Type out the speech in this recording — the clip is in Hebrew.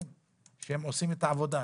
שעושים את העבודה.